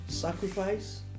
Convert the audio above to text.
sacrifice